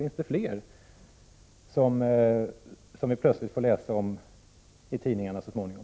Finns det flera fall som vi plötsligt kommer att få läsa om i tidningarna så småningom?